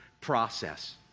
process